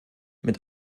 mit